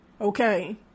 okay